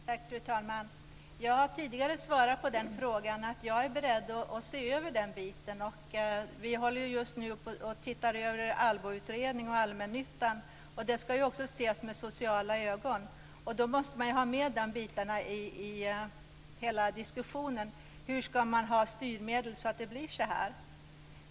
Fru talman! Jag har tidigare svarat på den frågan. Ja, jag är beredd att se över den biten. Vi håller just nu på att titta över ALLBO-utredningen och allmännyttan. Detta ska också ses med sociala ögon, och då måste man ha med de här bitarna i hela diskussionen.